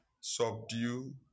subdue